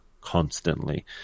constantly